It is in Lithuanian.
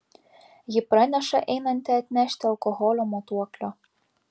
ji praneša einanti atnešti alkoholio matuoklio